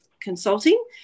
consulting